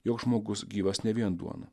joks žmogus gyvas ne vien duona